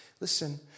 Listen